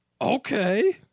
Okay